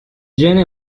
gene